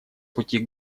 пути